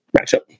matchup